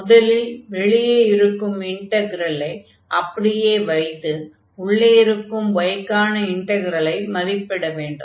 முதலில் வெளியே இருக்கும் இன்டக்ரலை அப்படியே வைத்து உள்ளே இருக்கும் y க்கான இன்டக்ரலை மதிப்பிட வேண்டும்